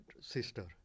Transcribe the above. sister